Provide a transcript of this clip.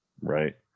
Right